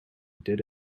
did